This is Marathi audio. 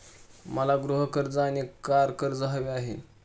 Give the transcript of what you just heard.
मला गृह कर्ज आणि कार कर्ज हवे आहे